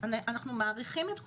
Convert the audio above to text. אנחנו מעריכים את כולם.